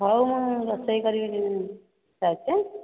ହେଉ ମୁଁ ରୋଷେଇ କରିବି ଯାଉଛି ଆଁ